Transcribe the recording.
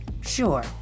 sure